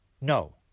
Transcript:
No